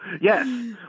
Yes